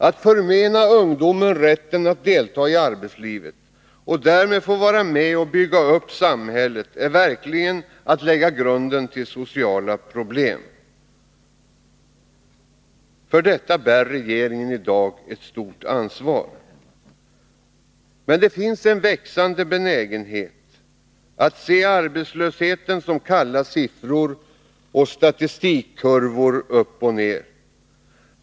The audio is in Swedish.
Att förmena ungdomen rätten att delta i arbetslivet och därmed att vara med och bygga upp samhället är verkligen att lägga grunden till sociala problem. För detta bär regeringen i dag ett stort ansvar. Det finns en växande benägenhet att se arbetslösheten som kalla siffror och statistikkurvor.